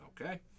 Okay